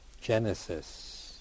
genesis